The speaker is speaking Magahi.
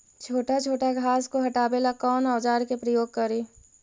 छोटा छोटा घास को हटाबे ला कौन औजार के प्रयोग करि?